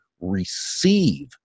receive